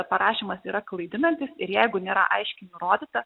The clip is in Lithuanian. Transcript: parašymas yra klaidinantis ir jeigu nėra aiškiai nurodyta